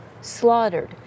slaughtered